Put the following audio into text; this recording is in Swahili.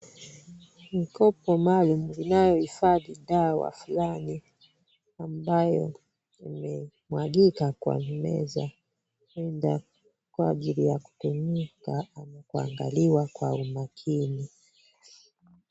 Mikopo maalum inayohifadhi dawa fulani ambayo imemwagika kwa meza huenda kwa ajili ya kutumika ama kuangaliwa kwa umakini.